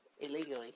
Illegally